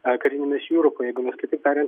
a karinėmis jūrų pajėgomis kitaip tariant